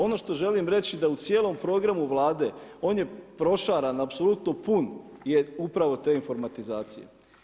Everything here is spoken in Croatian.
Ono što želim reći da u cijelom programu Vlade on je prošaran, apsolutno pun je upravo te informatizacije.